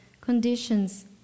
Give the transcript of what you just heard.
conditions